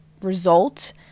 result